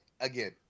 Again